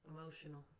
Emotional